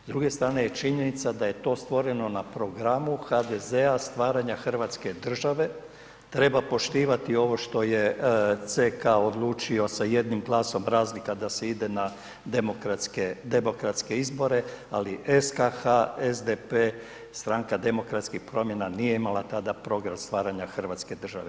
S druge strane je činjenica da je to stvoreno na programu HDZ-a, stvaranja Hrvatske države, treba poštivati što je CK odlučio sa jednim glasom razlika da se ide na demokratske izbore, ali SKH SDP Stranka demokratskih promjena nije imala tada program stvaranja Hrvatske države.